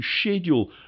schedule